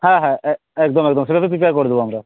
হ্যাঁ হ্যাঁ একদম একদম সেটা তো বিচার করে দেবো আমরা